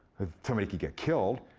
somebody could get killed,